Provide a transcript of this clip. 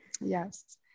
yes